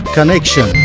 Connection